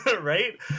right